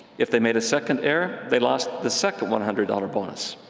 if they made a second error, they lost the second one hundred dollars bonus.